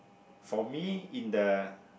for me in the